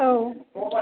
औ